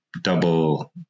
double